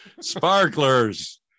sparklers